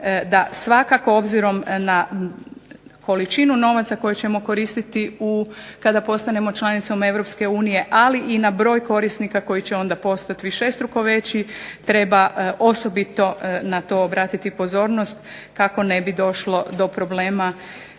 da s obzirom na količinu novaca koju ćemo koristiti kada postanemo članicom Europske unije ali i na broj korisnika koji će onda postati višestruko veći treba osobito na to obratiti pozornost kako ne bi došlo do problema